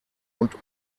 und